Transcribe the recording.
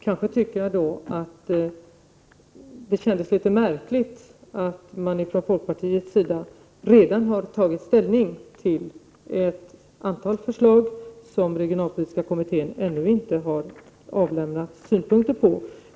Kanske tycker jag att det kändes litet märkligt att man från folkpartiets sida redan har tagit ställning till ett antal förslag som regionalpolitiska kommittén ännu inte har avlämnat synpunkter på.